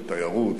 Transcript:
לתיירות,